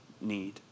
need